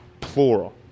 plural